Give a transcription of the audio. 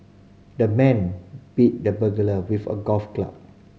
the man bit the burglar with a golf club